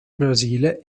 brasile